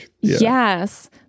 Yes